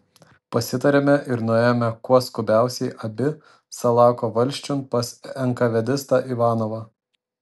pasitarėme ir nuėjome kuo skubiausiai abi salako valsčiun pas enkavedistą ivanovą